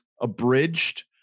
abridged